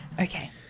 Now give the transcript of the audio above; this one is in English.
Okay